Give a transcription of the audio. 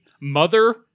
Mother